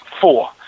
four